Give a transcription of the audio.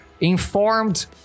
informed